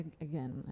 again